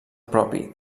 propi